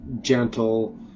gentle